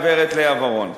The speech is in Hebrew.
הגברת לאה ורון,